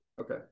Okay